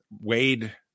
wade